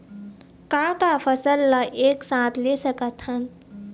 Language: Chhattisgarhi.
का का फसल ला एक साथ ले सकत हन?